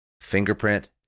fingerprint